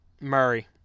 Murray